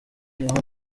niho